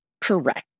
correct